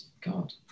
God